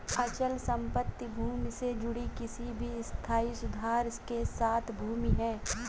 अचल संपत्ति भूमि से जुड़ी किसी भी स्थायी सुधार के साथ भूमि है